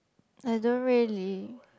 I don't really